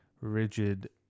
rigid